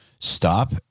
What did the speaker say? stop